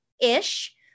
ish